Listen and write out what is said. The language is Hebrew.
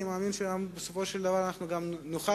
אני מאמין שבסופו של דבר אנחנו גם נוכל